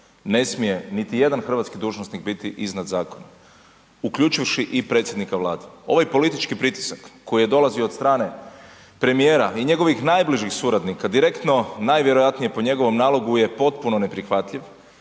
ne smije niti jedan hrvatski dužnosnik biti iznad zakona, uključivši i predsjednika Vlade. Ovaj politički pritisak koji je dolazio od strane premijera i njegovih najbližih suradnika direktno najvjerojatnije po njegovom nalogu je potpuno neprihvatljiv